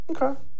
Okay